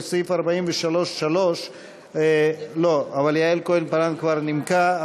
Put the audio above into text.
לסעיף 43(3) אבל יעל כהן-פארן כבר נימקה,